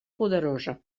poderosa